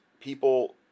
People